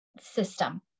system